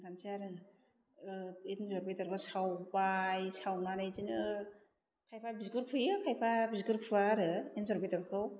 खोथानोसै आरो ओ एन्जर बेदरा सावबाय सावनानै बिदिनो खायफा बिगुर खुयो खायफा बिगुर खुवा आरो एन्जर बेदरखौ